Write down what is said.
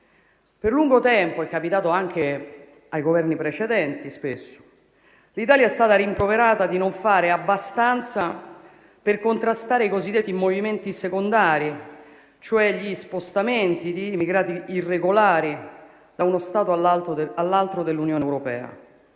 per lungo tempo - spesso è accaduto anche a Governi precedenti - l'Italia è stata rimproverata di non fare abbastanza per contrastare i cosiddetti movimenti secondari, cioè gli spostamenti di immigrati irregolari da uno Stato all'altro dell'Unione europea.